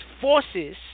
forces